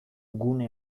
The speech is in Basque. gune